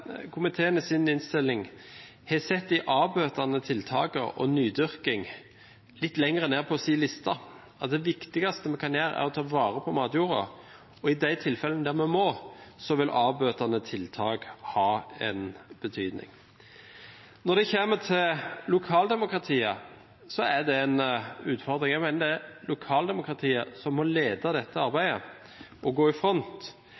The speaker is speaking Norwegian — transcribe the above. det viktigste vi kan gjøre, er å ta vare på matjorda. Og i de tilfellene der vi må, vil avbøtende tiltak ha en betydning. Når det gjelder lokaldemokratiet, er det en utfordring. Jeg mener det er lokaldemokratiet som må lede dette arbeidet og gå i front.